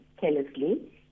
carelessly